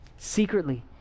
Secretly